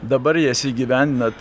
dabar jas įgyvendinat